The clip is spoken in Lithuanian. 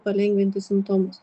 palengvinti simptomus